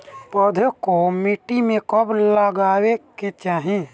पौधे को मिट्टी में कब लगावे के चाही?